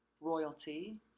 royalty